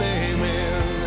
amen